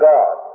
God